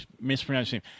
mispronouncing